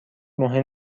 مهم